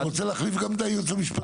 אתה רוצה להחליף את היועצת המשפטית?